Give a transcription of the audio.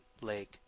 Lake